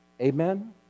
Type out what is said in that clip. Amen